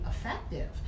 effective